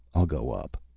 i'll go up.